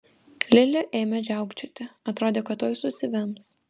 lili ėmė žiaukčioti atrodė kad tuoj susivems